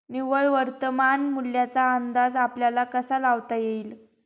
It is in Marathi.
निव्वळ वर्तमान मूल्याचा अंदाज आपल्याला कसा लावता येईल?